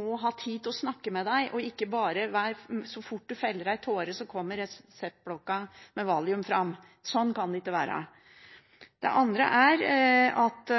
må ha tid til å snakke med deg og ikke bare ta fram reseptblokken med valium så fort du feller en tåre. Sånn kan det ikke være. Det andre er at